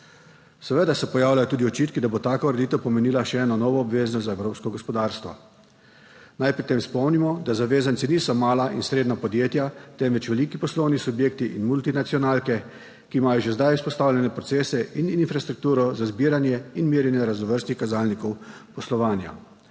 Seveda se pojavljajo tudi očitki, da bo taka ureditev pomenila še eno novo obveznost za evropsko gospodarstvo. Naj pri tem spomnimo, da zavezanci niso mala in srednja podjetja, temveč veliki poslovni subjekti in multinacionalke, ki imajo že zdaj izpostavljene procese in infrastrukturo za zbiranje in merjenje raznovrstnih kazalnikov poslovanja.